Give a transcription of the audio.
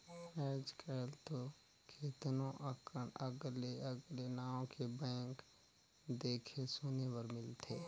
आयज कायल तो केतनो अकन अगले अगले नांव के बैंक देखे सुने बर मिलथे